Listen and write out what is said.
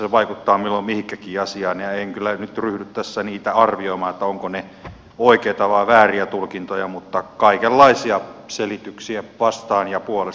se vaikuttaa milloin mihinkin asiaan ja en kyllä ryhdy tässä niitä arvioimaan että ovatko ne oikeita vai vääriä tulkintoja mutta kaikenlaisia selityksiä vastaan ja puolesta kuulee